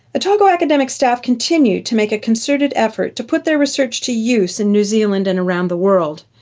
otago academic staff continue to make a concerted effort to put their research to use in new zealand and around the world.